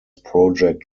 project